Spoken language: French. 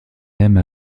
même